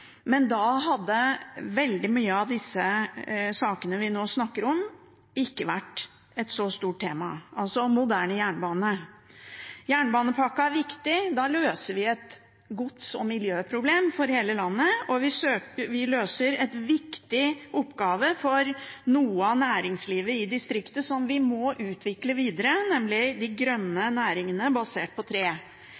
men da hadde veldig mange av de sakene vi nå snakker om, ikke vært et så stort tema – altså med en moderne jernbane. Jernbanepakka er viktig. Da løser vi et gods- og miljøproblem for hele landet, og vi løser en viktig oppgave for noe av næringslivet i distriktet som vi må utvikle videre, nemlig de grønne